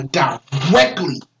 directly